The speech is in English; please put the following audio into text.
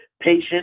Patient